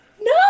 No